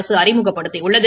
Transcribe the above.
அரசு அறிமுகப்படுத்தியுள்ளது